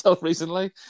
recently